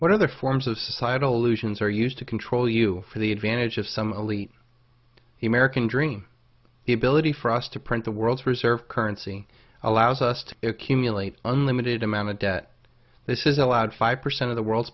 what other forms of societal allusions are used to control you for the advantage of some elite the american dream the ability for us to print the world's reserve currency allows us to accumulate unlimited amount of debt this is allowed five percent of the world's